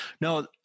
No